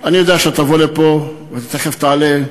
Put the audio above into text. אני יודע שאתה תבוא לפה ואתה תכף תעלה,